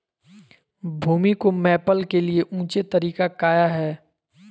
भूमि को मैपल के लिए ऊंचे तरीका काया है?